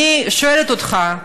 אני שואלת אותך,